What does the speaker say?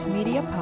Media